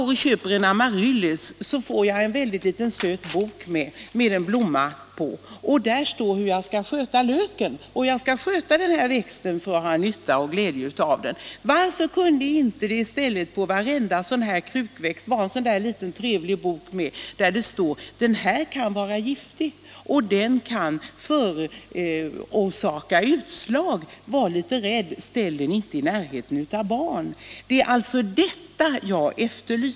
När jag köper en amaryllis får jag en liten söt bok med på köpet, och där står det hur jag skall sköta löken och växten så att jag får nytta och glädje av den. Jag tycker att man för varenda krukväxt kunde ha en sådan här liten trevlig bok där det står uppgifter som t.ex.: Den här växten kan vara giftig. Den kan förorsaka utslag, så var försiktig Nr 132 och ställ den inte så att barn kommer i närheten av den. — Det är sådant Måndagen den jag efterlyser.